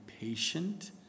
patient